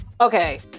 Okay